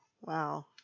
Wow